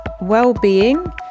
well-being